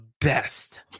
best